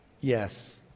Yes